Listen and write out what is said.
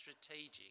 strategic